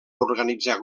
organitzar